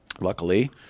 luckily